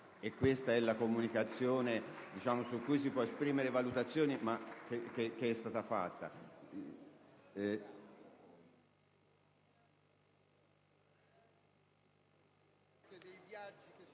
Questa è la comunicazione, su cui si possono esprimere valutazioni, ma che è stata fatta.